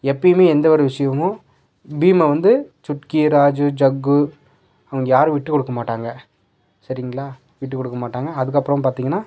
எப்பயுமே எந்த ஒரு விஷயமும் பீம்மை வந்து சுட்க்கி ராஜூ ஜக்கு அவங்க யாரும் விட்டு கொடுக்க மாட்டாங்க சரிங்களா விட்டு கொடுக்க மாட்டாங்க அதுக்கப்புறம் பார்த்திங்கன்னா